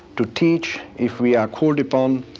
to teach if we are called upon.